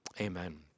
Amen